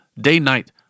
day-night